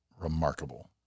remarkable